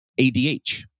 ADH